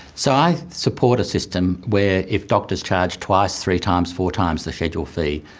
so i support a system where if doctors charge twice, three times, four times the scheduled fee,